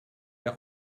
der